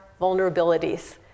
vulnerabilities